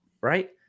right